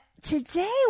Today